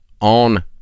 on